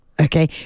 Okay